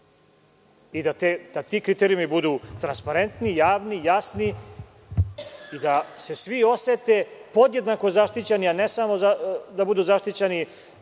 i da ti kriterijumi budu transparentni, javni, jasni i da se svi osete podjednako zaštićeni, a ne samo da budu zaštićeni